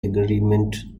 agreement